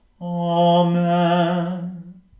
Amen